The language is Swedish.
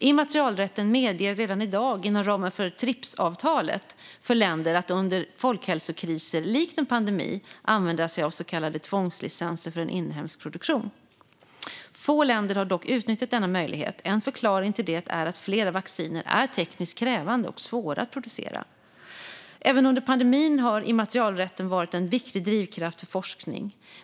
Immaterialrätten medger redan i dag inom ramen för Tripsavtalet för länder att under folkhälsokriser, likt en pandemi, använda sig av så kallade tvångslicenser för inhemsk produktion. Få länder har dock utnyttjat denna möjlighet. En förklaring till det är att flera vacciner är tekniskt krävande och svåra att producera. Även under pandemin har immaterialrätten varit en viktig drivkraft för forskning.